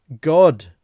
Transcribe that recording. God